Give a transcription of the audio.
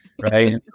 Right